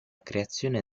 creazione